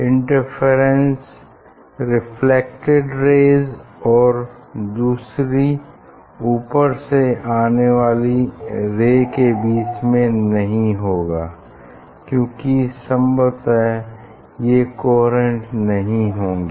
interference reflected ray और दूसरी ऊपर से आने वाली रे में बीच में नहीं होगा क्यूंकि संभवतः ये कोहेरेंट नहीं होंगी